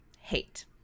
hate